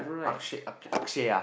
Akshay Akshay ah